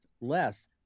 less